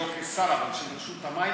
לא של השר אבל של רשות המים,